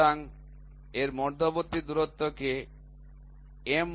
সুতরাং এর মধ্যবর্তী দূরত্বকে M বলা হয়